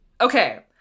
Okay